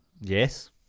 Yes